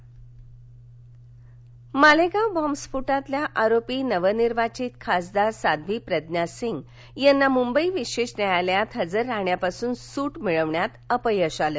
साध्वी प्रज्ञासिंग मालेगाव बॉम्बस्फोटातल्या आरोपी नवनिर्वाचित खासदार साध्वी प्रज्ञा सिंग यांना मुंबई विशेष न्यायालयात हजर राहण्यापासून सूट मिळवण्यास अपयश आलं